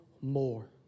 more